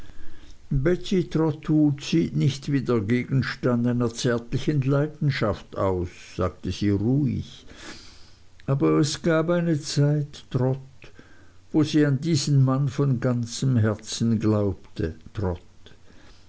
sieht nicht wie der gegenstand einer zärtlichen leidenschaft aus sagte sie ruhig aber es gab eine zeit trot wo sie an diesen mann von ganzem herzen glaubte